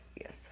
Yes